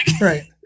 Right